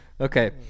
Okay